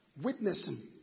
witnessing